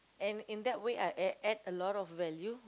and in that way I a~ add a lot of value